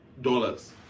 dollars